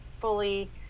fully